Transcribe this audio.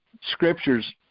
scriptures